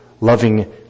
Loving